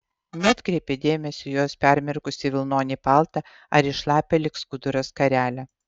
neatkreipė dėmesio į jos permirkusį vilnonį paltą ar į šlapią lyg skuduras skarelę